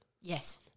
Yes